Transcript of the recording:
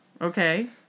Okay